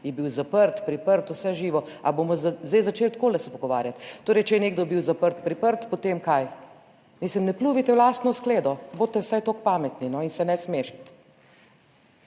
je bil zaprt, priprt, vse živo. Ali bomo zdaj začeli takole se pogovarjati? Torej, če je nekdo bil zaprt, priprt, potem kaj? Mislim, ne pljuvajte v lastno skledo, bodite vsaj toliko pametni, no, in se ne smešiti.